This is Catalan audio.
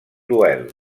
duel